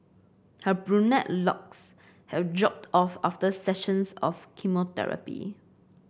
her brunette locks have dropped off after sessions of chemotherapy